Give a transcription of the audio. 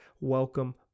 welcome